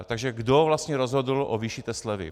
Takže kdo vlastně rozhodl o výši té slevy.